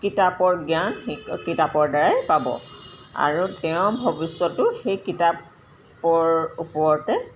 কিতাপৰ জ্ঞান কিতাপৰ দ্বাৰাই পাব আৰু তেওঁ ভৱিষ্যততো সেই কিতাপৰ ওপৰতে